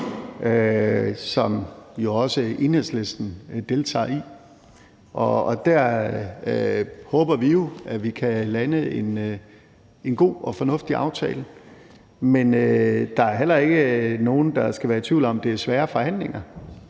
jo også Enhedslisten deltager i, og der håber vi jo, at vi kan lande en god og fornuftig aftale, men der er heller ikke nogen, der skal være i tvivl om, at det er svære forhandlinger.